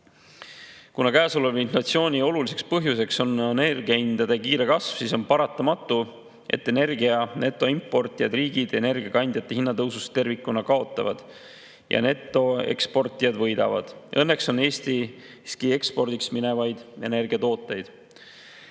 Kuna käesoleva inflatsiooni oluliseks põhjuseks on energiahindade kiire kasv, siis on paratamatu, et energia netoimportijad riigid energiakandjate hinna tõusust tervikuna kaotavad ja netoeksportijad võidavad. Õnneks on Eestiski ekspordiks minevaid energiatooteid.